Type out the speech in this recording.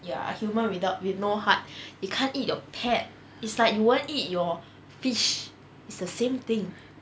ya human without you no heart you can't eat your pet it's like you won't eat your fish it's the same thing